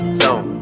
zone